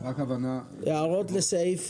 הערות לסעיף